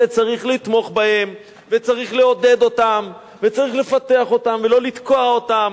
וצריך לתמוך בהם וצריך לעודד אותם וצריך לפתח אותם ולא לתקוע אותם.